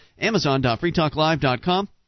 amazon.freetalklive.com